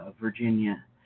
Virginia